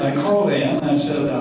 i called ann,